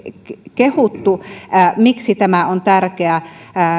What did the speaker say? kehuttu miksi tämä on tärkeä